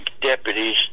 deputies